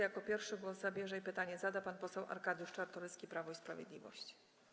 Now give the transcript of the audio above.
Jako pierwszy głos zabierze i pytanie zada pan poseł Arkadiusz Czartoryski, Prawo i Sprawiedliwość.